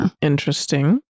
Interesting